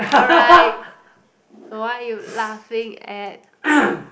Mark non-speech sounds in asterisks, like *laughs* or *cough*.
*laughs* *noise*